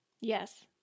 Yes